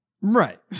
right